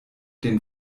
den